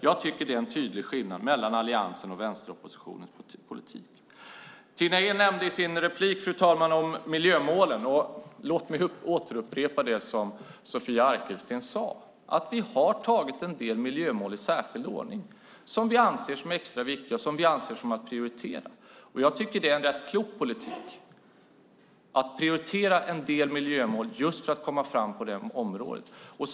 Jag tycker att det är en tydlig skillnad mellan alliansens och vänsteroppositionens politik. Tina Ehn nämnde i sin replik miljömålen. Låt mig upprepa det som Sofia Arkelsten sade. Vi har tagit en del miljömål i särskild ordning som vi anser är extra viktiga och vill prioritera. Jag tycker att det är en rätt klok politik att prioritera en del miljömål just för att komma fram på det området.